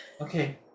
Okay